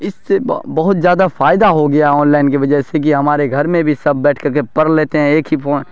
اس سے بہت زیادہ فائدہ ہو گیا آن لائن کے وجہ سے کہ ہمارے گھر میں بھی سب بیٹھ کر کے پڑھ لیتے ہیں ایک ہی